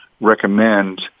recommend